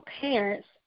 parents